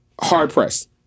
hard-pressed